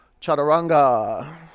Chaturanga